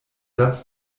satz